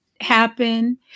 happen